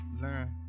learn